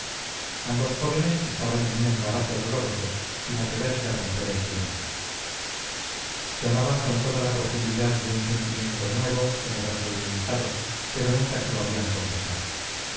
ambos jóvenes estaban en un embarazo doloroso sin atreverse a romper el silencio se amaban con toda la profundidad de un sentimiento nuevo generoso y delicado pero nunca se lo habían confesado